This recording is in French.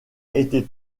été